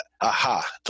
aha